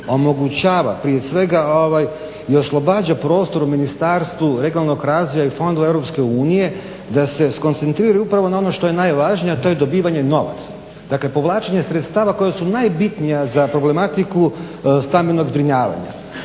omogućava prije svega i oslobađa prostor u Ministarstvu regionalnog razvoja i fondova Europske unije da se skoncentriraju upravo na ono što je najvažnije, a to je dobivanje novaca. Dakle povlačenje sredstava koja su najbitnija za problematiku stambenog zbrinjavanja.